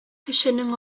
кешенең